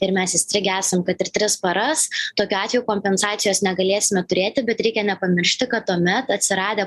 ir mes įstrigę esam kad ir tris paras tokiu atveju kompensacijos negalėsime turėti bet reikia nepamiršti kad tuomet atsiradę